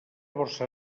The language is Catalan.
borsa